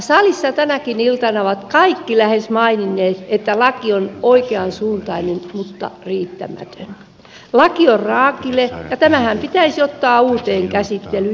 salissa tänäkin iltana ovat lähes kaikki maininneet että laki on oikeansuuntainen mutta riittämätön laki on raakile ja tämähän pitäisi ottaa uuteen käsittelyyn